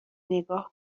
نگاه